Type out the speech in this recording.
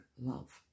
love